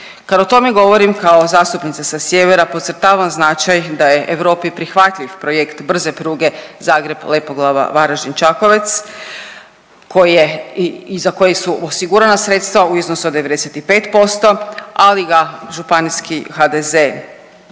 Kad o tome govorim kao zastupnica sa sjevera podcrtavam značaj da je Europi prihvatljiv projekt brze pruge Zagreb-Lepoglava-Varaždin-Čakovec koji je i za koji su osigurana sredstva u iznosu od 95%, ali ga županijski HDZ